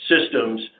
Systems